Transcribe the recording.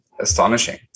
astonishing